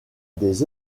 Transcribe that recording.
des